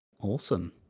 Awesome